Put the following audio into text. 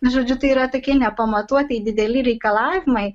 nu žodžiu tai yra tokie nepamatuotai dideli reikalavimai